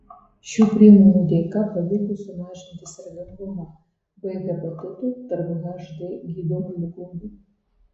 šių priemonių dėka pavyko sumažinti sergamumą b hepatitu tarp hd gydomų ligonių